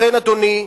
לכן, אדוני,